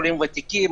עולים ותיקים,